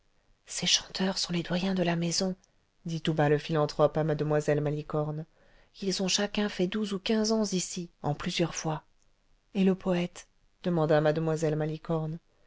ces chanteurs sont les doyens de la maison dit tout bas le philanthrope à mlle malicorne ils ont chacun fait douze ou quinze ans ici en plusieurs fois et le poète demanda mle malicorne